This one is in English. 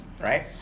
right